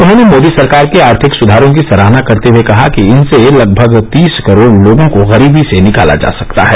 उन्होंने मोदी सरकार के आर्थिक सुधारों की सराहना करते हुए कहा कि इनसे लगभग तीस करोड़ लोगों को गरीबी से निकाला जा सका है